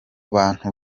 bantu